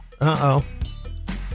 Uh-oh